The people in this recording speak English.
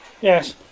yes